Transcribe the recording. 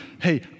hey